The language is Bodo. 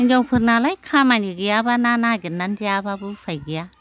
हिनजावफोरनालाय खामानि गैयाब्ला ना नागिरनानै जायाब्लाबो उफाय गैया